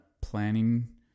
planning